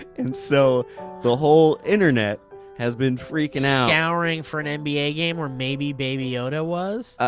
and so the whole internet has been freaking out. scouring for an and nba game where maybe baby yoda was? ah,